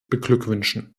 beglückwünschen